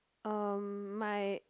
uh my